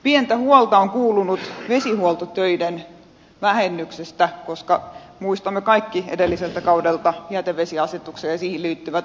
pientä huolta on kuulunut vesihuoltotöiden vähennyksestä koska muistamme kaikki edelliseltä kaudelta jätevesiasetuksen ja siihen liittyvät ongelmatiikat